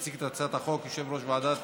יציג את הצעת החוק יושב-ראש ועדת